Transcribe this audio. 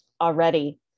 already